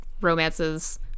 romances